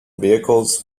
vehicles